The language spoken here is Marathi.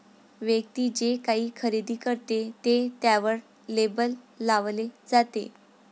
व्यक्ती जे काही खरेदी करते ते त्यावर लेबल लावले जाते